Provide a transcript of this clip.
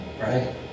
Right